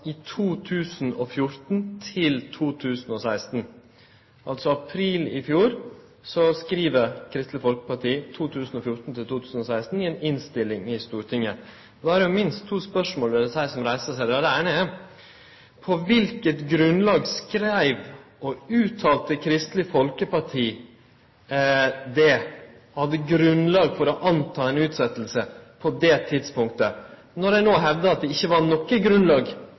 i 2014–2016. I april i fjor skreiv dei altså dette i ei innstilling til Stortinget. Då er det minst to spørsmål som melder seg. Det eine er: Kva var det som gjorde at Kristeleg Folkeparti på det tidspunktet hadde grunnlag for å anta at det ville verte ei utsetjing, når dei no hevdar at det ikkje var noko grunnlag